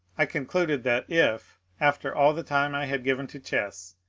i concluded that if, after all the time i had given to chess,